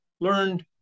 learned